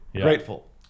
Grateful